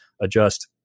adjust